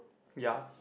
ya